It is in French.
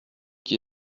qui